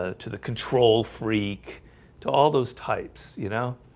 ah to the control freak to all those types, you know